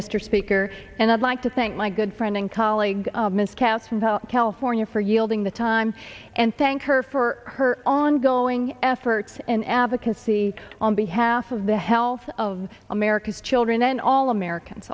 mr speaker and i'd like to thank my good friend and colleague miscasts in california for yielding the time and thank her for her ongoing efforts and advocacy on behalf of the health of america's children and all americans